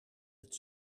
het